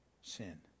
sin